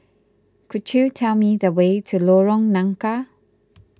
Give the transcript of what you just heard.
could you tell me the way to Lorong Nangka